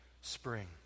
spring